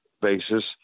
basis